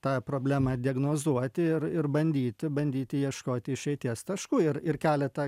tą problemą diagnozuoti ir ir bandyti bandyti ieškoti išeities taškų ir ir keletą